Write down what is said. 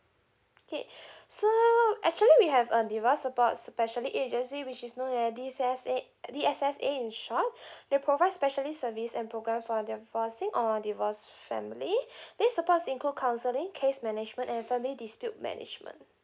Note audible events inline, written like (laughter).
okay (breath) so actually we have a divorce support specially agency which is known as D_S_S_A in short (breath) we provide specially service and programme for divorcing or divorced family (breath) these supports include counselling case management and family dispute management